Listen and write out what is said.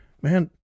Man